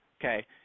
okay